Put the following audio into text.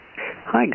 Hi